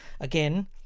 Again